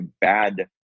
bad